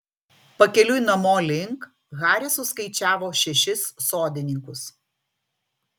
pakeliui namo link haris suskaičiavo šešis sodininkus